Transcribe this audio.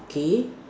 K